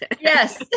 Yes